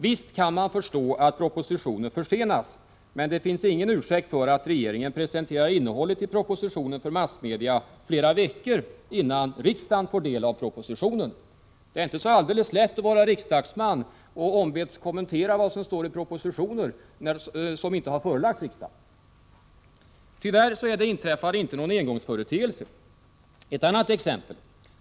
Visst kan man förstå att propositioner försenas, men det finns ingen ursäkt för att regeringen presenterar innehållet i en proposition för massmedia flera veckor innan riksdagen får ta del av den. Det är inte alldeles lätt att vara riksdagsman och bli ombedd att kommentera vad som står i propositioner som inte har förelagts riksdagen. Tyvärr är det inträffade inte någon engångsföreteelse. Jag kan ge ett annat exempel.